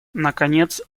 наконец